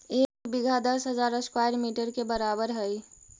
एक बीघा दस हजार स्क्वायर मीटर के बराबर हई